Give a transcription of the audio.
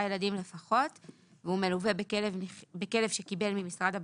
ילדים לפחות והוא מלווה בכלב שקיבל ממשרד הביטחון.